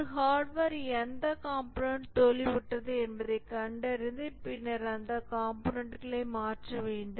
ஒரு ஹார்ட்வேர் எந்த கம்போனன்ட் தோல்வியுற்றது என்பதைக் கண்டறிந்து பின்னர் அந்த கம்போனன்ட்களை மாற்ற வேண்டும்